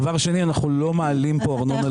דבר שני, אנחנו לא מעלים כאן ארנונה למגורים.